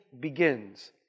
begins